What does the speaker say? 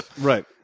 Right